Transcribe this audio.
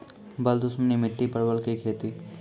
बल दुश्मनी मिट्टी परवल की खेती?